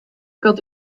got